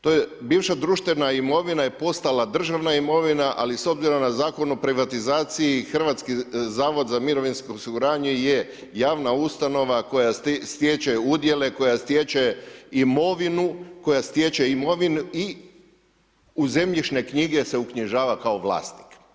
To je bivša društvena imovina je postala državna imovina, ali s obzirom na Zakon o privatizaciji, Hrvatski zavod za mirovinsko osiguranje je javna ustanova koja stječe udjele, koja stječe imovinu i u zemljišne knjige se uknjižava kao vlasnik.